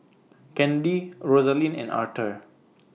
Kennedi Rosalind and Arther